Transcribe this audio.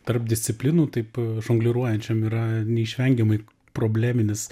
tarp disciplinų taip žongliruojančiam yra neišvengiamai probleminis